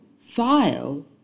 file